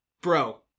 bro